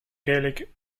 gaelic